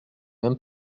même